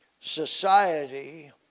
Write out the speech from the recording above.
society